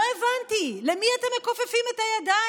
לא הבנתי, למי אתם מכופפים את הידיים?